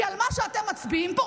כי על מה שאתם מצביעים פה,